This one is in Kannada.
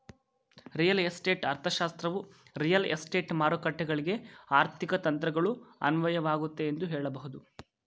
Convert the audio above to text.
ರಿಯಲ್ ಎಸ್ಟೇಟ್ ಅರ್ಥಶಾಸ್ತ್ರವು ರಿಯಲ್ ಎಸ್ಟೇಟ್ ಮಾರುಕಟ್ಟೆಗಳ್ಗೆ ಆರ್ಥಿಕ ತಂತ್ರಗಳು ಅನ್ವಯವಾಗುತ್ತೆ ಎಂದು ಹೇಳಬಹುದು